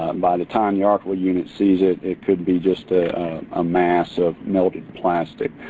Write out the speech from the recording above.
by the time the archival unit sees it, it could be just a ah mass of melted plastic.